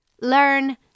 Learn